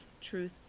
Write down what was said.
truth